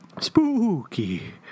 Spooky